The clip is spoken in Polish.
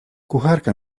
kucharka